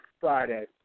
Friday